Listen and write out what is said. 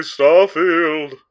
Starfield